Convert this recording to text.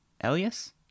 Elias